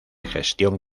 gestión